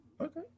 okay